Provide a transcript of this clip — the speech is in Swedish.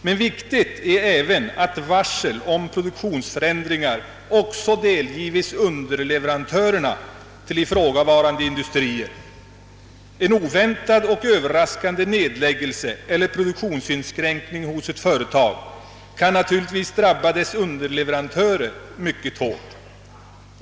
Men viktigt är även att varsel om produktionsnedläggning delgives underleveran törerna till ifrågavarande industrier. En oväntad och överraskande nedläggning eller produktionsinskränkning kan naturligtvis drabba ett företags underleverantörer mycket hårt.